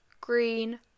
green